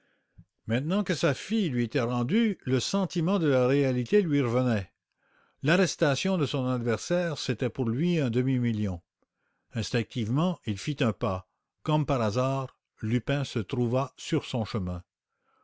maintenant que sa fille lui était rendue le sentiment de la réalité lui revenait instinctivement il fit un pas comme par hasard lupin se trouva sur son chemin